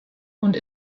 und